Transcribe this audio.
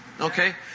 Okay